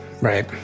Right